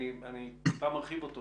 אני טיפה מרחיב אותו